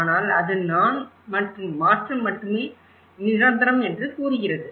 ஆனால் அது நான் மற்றும் மாற்றம் மட்டுமே நிரந்தரம் என்று கூறுகிறது